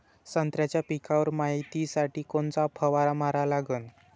संत्र्याच्या पिकावर मायतीसाठी कोनचा फवारा मारा लागन?